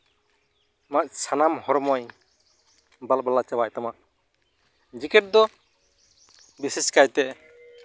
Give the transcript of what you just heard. ᱟᱢᱟᱜ ᱥᱟᱱᱟᱢ ᱦᱚᱲᱢᱚᱭ ᱵᱟᱞᱵᱟᱞᱟᱣ ᱪᱟᱵᱟᱭ ᱛᱟᱢᱟ ᱡᱮᱠᱮᱹᱴ ᱫᱚ ᱵᱤᱥᱮᱥ ᱠᱟᱭᱛᱮ